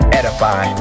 edify